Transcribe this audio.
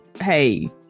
hey